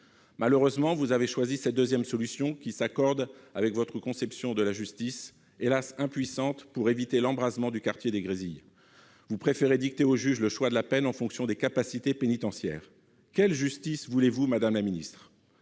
Malheureusement, vous avez choisi cette seconde solution, qui s'accorde avec votre conception de la justice, hélas impuissante pour éviter l'embrasement du quartier des Grésilles. Vous préférez dicter aux juges le choix de la peine en fonction des capacités pénitentiaires. Quelle justice voulez-vous, madame la ministre ?